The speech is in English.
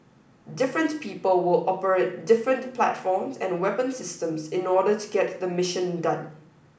different people will operate different platforms and weapon systems in order to get the mission done